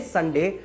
Sunday